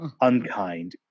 unkind